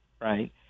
right